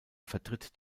vertritt